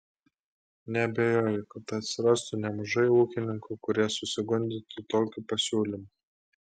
neabejoju kad atsirastų nemažai ūkininkų kurie susigundytų tokiu pasiūlymu